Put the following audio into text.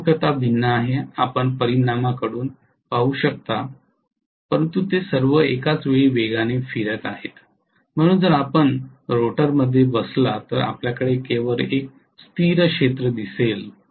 अभिमुखता भिन्न आहे आपण परिणामींकडून पाहू शकता परंतु ते सर्व एकाचवेळी वेगाने फिरत आहेत म्हणून जर आपण रोटरमध्ये बसलात तर आपल्याला केवळ एक स्थिर क्षेत्र दिसेल